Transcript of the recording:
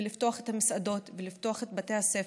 לפתוח את המסעדות ולפתוח את בתי הספר,